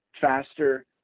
faster